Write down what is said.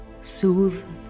soothe